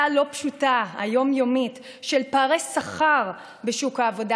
הלא-פשוטה היום-יומית של פערי שכר בשוק העבודה,